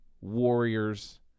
Warriors